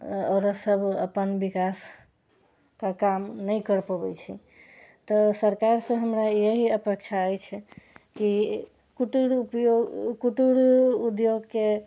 औरत सभ अपन विकासके काम नहि करि पाबैत छै तऽ सरकारसँ हमरा इएह अपेक्षा अछि कि कुटीर उद्योग कुटीर उद्योगके